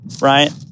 right